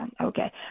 okay